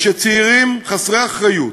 "לזה שצעירים חסרי אחריות